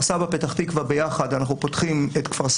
למשל פתח תקווה שלא פתוחה